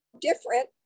different